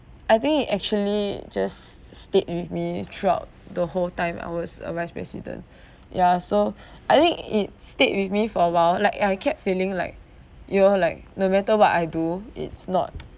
I think it actually just stayed with me throughout the whole time I was a vice president ya so I think it stayed with me for a while like I kept feeling like you know like no matter what I do it's not